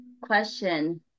question